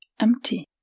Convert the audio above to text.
empty